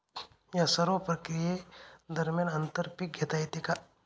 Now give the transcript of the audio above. या सर्व प्रक्रिये दरम्यान आंतर पीक घेता येते का?